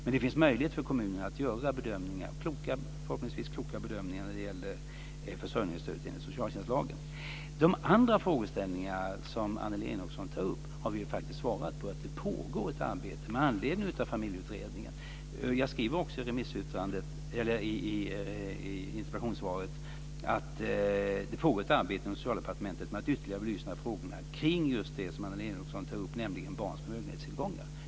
Men det finns möjlighet för kommunerna att göra förhoppningsvis kloka bedömningar när det gäller försörjningsstödet enligt socialtjänstlagen. De andra frågeställningarna som Annelie Enochson tar upp har jag svarat på. Det pågår ett arbete med anledning av Familjeutredningen. Jag skriver också i interpellationssvaret att det pågår ett arbete inom Socialdepartementet med att ytterligare belysa frågorna kring just det som Annelie Enochson tar upp, nämligen barns förmögenhetstillgångar.